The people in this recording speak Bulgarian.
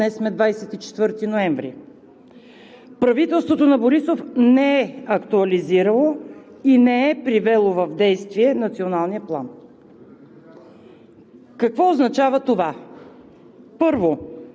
от един месец изтече – днес сме 24 ноември. Правителството на Борисов не е актуализирало и не е привело в действие Националния план.